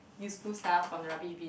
useful stuff from the rubbish bin